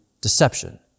deception